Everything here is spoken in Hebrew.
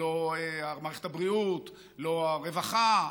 לא מערכת הבריאות, לא הרווחה.